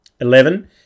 eleven